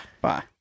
bye